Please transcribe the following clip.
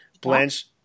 Blanche